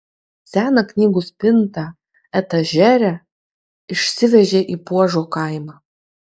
seną knygų spintą etažerę išsivežė į puožo kaimą